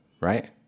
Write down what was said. right